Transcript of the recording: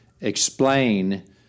explain